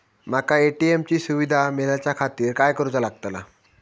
माका ए.टी.एम ची सुविधा मेलाच्याखातिर काय करूचा लागतला?